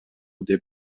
деп